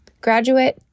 graduate